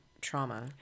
trauma